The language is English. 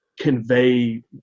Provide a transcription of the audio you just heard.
convey